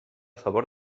favor